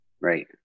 Right